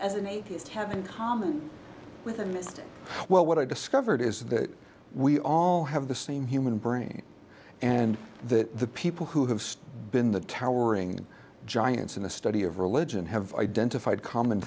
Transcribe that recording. an atheist have in common with them well what i discovered is that we all have the same human brain and that the people who have still been the towering giants in the study of religion have identified common